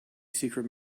secret